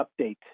update